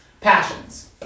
Passions